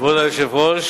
כבוד היושב-ראש,